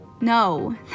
No